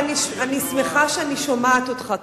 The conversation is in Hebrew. ואני שמחה שאני שומעת אותך.